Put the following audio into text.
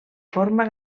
forma